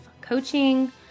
coaching